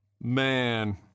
man